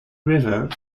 river